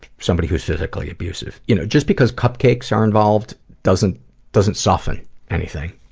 somebody who's physically abusive. you know just because cupcakes are involved doesn't doesn't soften anything.